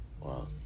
Wow